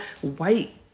white